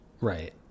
Right